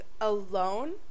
alone